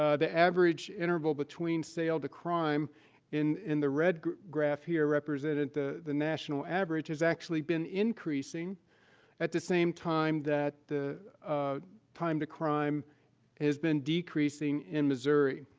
ah the average interval between sale-to-crime, in in the red graph here represented, the the national average has actually been increasing at the same time that the time-to-crime has been decreasing in missouri.